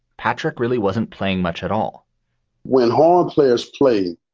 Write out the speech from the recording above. patrick really wasn't playing much at all when hall players play,